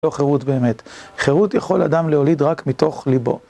לא חירות באמת. חירות יכול אדם להוליד רק מתוך ליבו.